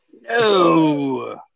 No